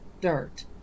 dirt